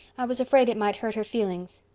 i was afraid it might hurt her feelings.